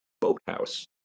boathouse